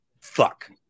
Fuck